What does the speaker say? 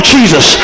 Jesus